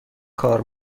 کار